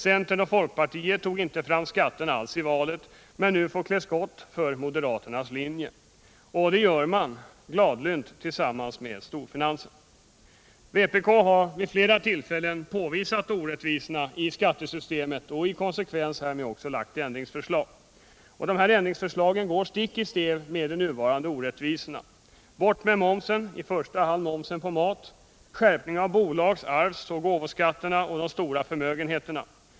Centern och folkpartiet tog inte alls fram skatterna i valet, men de får nu klä skott för moderaternas linje. Och det gör de gladlynt tillsammans med storfinansen. Vpk har vid flera tillfällen påvisat orättvisorna i skattesystemet och i konsekvens med detta också lagt ändringsförslag. Våra ändringsförslag går stick i stäv med de nuvarande orättvisorna: bort med momsen, i första hand momsen på mat, och skärpning av bolags-, arvsoch gåvoskatterna samt skatterna på de stora förmögenheterna.